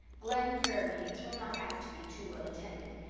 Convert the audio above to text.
glen prayer-meetings were not apt to be too well attended,